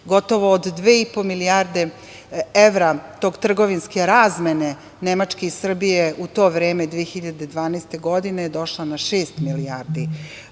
gotovo od dve i po milijarde evra tok trgovinske razmene Nemačke i Srbije u to vreme, 2012. godine došao na šest milijardi